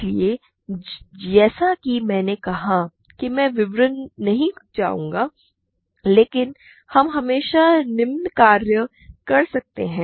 इसलिए जैसा कि मैंने कहा कि मैं विवरण में नहीं जाऊंगा लेकिन हम हमेशा निम्न कार्य कर सकते हैं